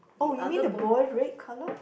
oh you mean the boy red colour